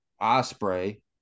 osprey